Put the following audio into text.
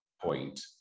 point